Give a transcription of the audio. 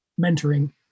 mentoring